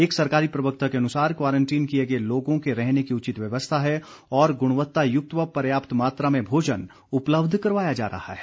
एक सरकारी प्रवक्ता के अनुसार क्वारंटीन किए गए लोगों के रहने की उचित व्यवस्था है और गुणवत्तायुक्त व पर्याप्त मात्रा में भोजन उपलब्ध करवाया जा रहा है